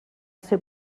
ser